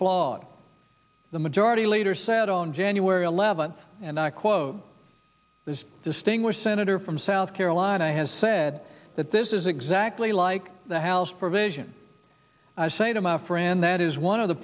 flawed the majority leader said on january eleventh and i quote this distinguished senator from south carolina has said that this is exactly like the house provision i say to my friend that is one of the